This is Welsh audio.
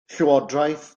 llywodraeth